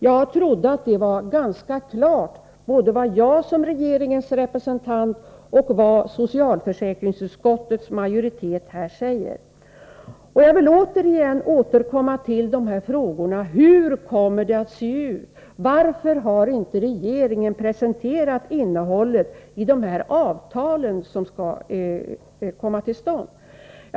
Jag trodde det var ganska klart både vad jag som regeringens representant och vad socialförsäkringsutskottets majoritet här säger. Jag vill återkomma till dessa frågor: Hur kommer det att se ut? Varför har inte regeringen presenterat innehållet i de avtal som skall komma till stånd?